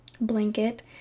blanket